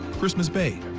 christmas bay.